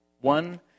One